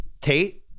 Tate